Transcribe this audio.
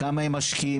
כמה הם משקיעים,